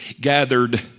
gathered